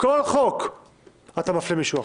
בכל חוק אתה מפלה מישהו אחר.